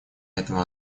этого